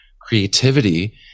creativity